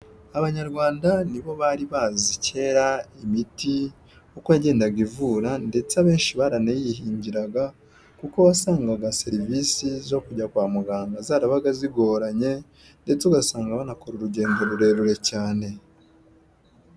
Abanyarwanda nibo bari bazi kera imiti uko yagendaga ivura, ndetse abenshi baranayihingiraga kuko wasangaga serivisi zo kujya kwa muganga zarabaga zigoranye, ndetse ugasanga banakora urugendo rurerure cyane.